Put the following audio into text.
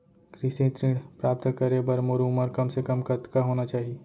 कृषि ऋण प्राप्त करे बर मोर उमर कम से कम कतका होना चाहि?